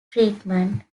treatment